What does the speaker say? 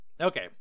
Okay